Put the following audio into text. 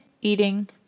eating